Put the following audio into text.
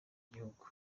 gihugu